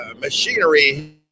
machinery